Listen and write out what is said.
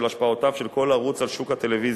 השפעותיו של כל ערוץ על שוק הטלוויזיה.